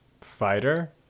fighter